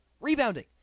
rebounding